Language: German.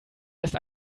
erst